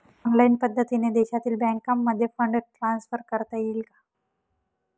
Online पद्धतीने देशातील बँकांमध्ये फंड ट्रान्सफर करता येईल का?